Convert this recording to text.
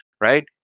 right